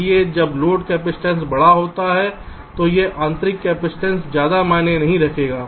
इसलिए जब load capacitance बड़ा होता है तो यह आंतरिक कैपेसिटेंस ज्यादा मायने नहीं रखेगा